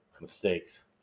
mistakes